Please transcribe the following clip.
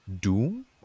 doom